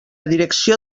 direcció